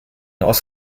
aus